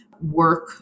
work